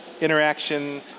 interaction